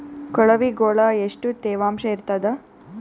ಕೊಳವಿಗೊಳ ಎಷ್ಟು ತೇವಾಂಶ ಇರ್ತಾದ?